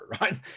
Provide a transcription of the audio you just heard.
right